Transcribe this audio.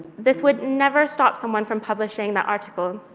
this would never stop someone from publishing that article.